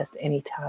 anytime